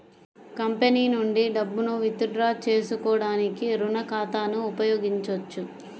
company నుండి డబ్బును withdraw చేసుకోవడానికి రుణ ఖాతాను ఉపయోగించొచ్చు